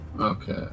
Okay